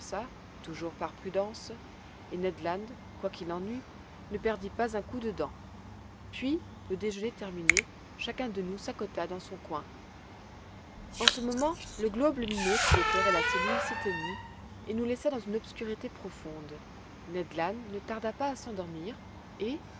toujours par prudence et ned land quoi qu'il en eût ne perdit pas un coup de dent puis le déjeuner terminé chacun de nous s'accota dans son coin en ce moment le globe lumineux qui éclairait la cellule s'éteignit et nous laissa dans une obscurité profonde ned land ne tarda pas à s'endormir et